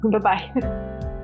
Bye-bye